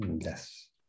yes